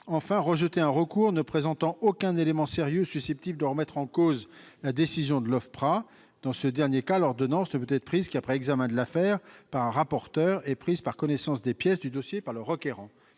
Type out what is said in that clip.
-, rejeter un recours ne présentant aucun élément sérieux susceptible de remettre en cause la décision de l'OFPRA. Dans ce dernier cas, l'ordonnance ne peut être prise qu'après examen de l'affaire par un rapporteur et après prise de connaissance des pièces du dossier par le requérant.